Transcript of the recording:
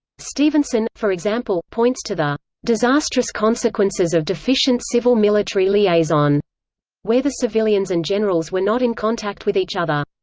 stevenson, for example, points to the disastrous consequences of deficient civil-military liaison where the civilians and generals were not in contact with each other.